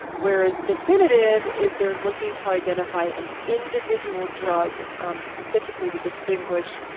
whereas, definitive is they're looking to identify an individual drug specifically to distinguish